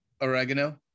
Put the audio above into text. oregano